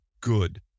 good